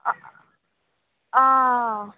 অঁ অঁ